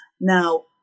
Now